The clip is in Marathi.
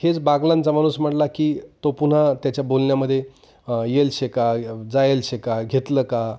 हेच बागलाणचा माणूस म्हटला की तो पुन्हा त्याच्या बोलण्यामध्ये येईलशी का जायलशी का घेतलं का